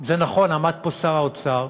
זה נכון, עמד פה שר האוצר.